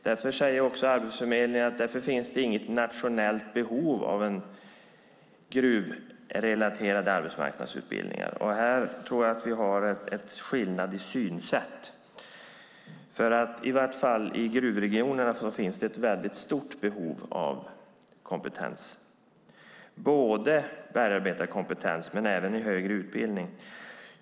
Därför säger man på Arbetsförmedlingen också att det inte finns något nationellt behov av gruvrelaterade arbetsmarknadsutbildningar. Här tror jag att det finns en skillnad i synsätt. I vart fall i gruvregionerna finns det ett väldigt stort behov av kompetens, både bergarbetarkompetens och högre utbildning.